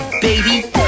baby